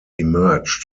emerged